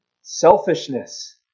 Selfishness